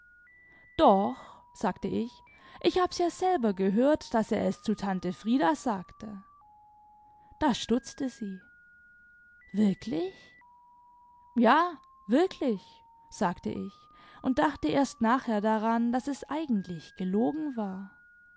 doch sagte ich ich hab's ja selber gehört daß er es zu tante frieda sagte da stutzte sie wirklich ja wirklich sagte ich und dachte erst nachher daran daß es eigentlich gelogen war